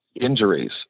injuries